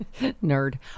Nerd